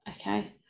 Okay